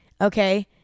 Okay